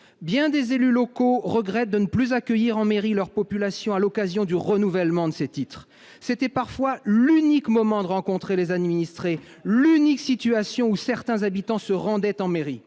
Bien des élus locaux regrettent de ne plus accueillir en mairie leur population à l'occasion du renouvellement de leurs titres d'identité. C'était parfois l'unique moment où ils pouvaient rencontrer leurs administrés, l'unique occasion pour certains habitants de se rendre en mairie.